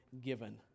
given